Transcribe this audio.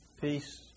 Peace